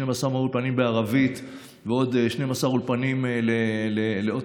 12 מהאולפנים בערבית ועוד 12 אולפנים לעוד